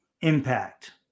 impact